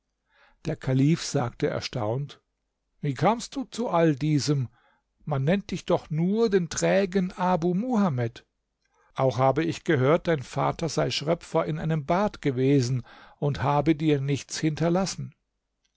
der kalif sagte erstaunt wie kamst du zu all diesem man nennt dich doch nur den trägen abu muhamed auch habe ich gehört dein vater sei schröpfer in einem bad gewesen und habe dir nichts hinterlassen